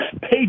Page